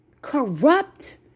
corrupt